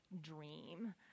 dream